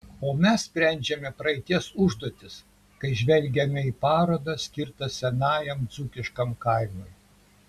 o mes sprendžiame praeities užduotis kai žvelgiame į parodą skirtą senajam dzūkiškam kaimui